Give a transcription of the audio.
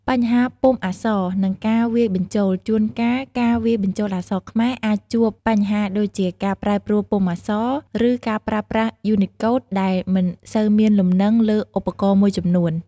បញ្ហាពុម្ពអក្សរ និងការវាយបញ្ចូល ជួនកាលការវាយបញ្ចូលអក្សរខ្មែរអាចជួបបញ្ហាដូចជាការប្រែប្រួលពុម្ពអក្សរ ឬការប្រើប្រាស់យូនីកូដដែលមិនសូវមានលំនឹងលើឧបករណ៍មួយចំនួន។